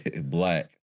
black